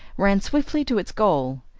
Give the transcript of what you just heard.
ran swiftly to its goal.